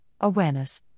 awareness